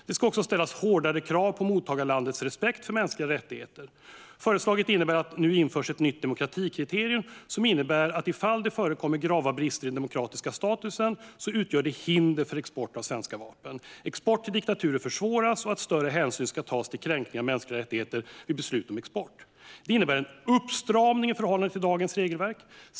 Det ska också ställas hårdare krav på mottagarlandets respekt för mänskliga rättigheter. Enligt förslaget ska ett nytt demokratikriterium införas som innebär att om det förekommer grava brister i den demokratiska statusen utgör det hinder för export av svenska vapen, att export till diktaturer försvåras och att större hänsyn ska tas till kränkningar av mänskliga rättigheter vid beslut om export. Det innebär en uppstramning i förhållande till dagens regelverk.